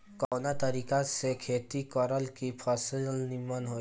कवना तरीका से खेती करल की फसल नीमन होई?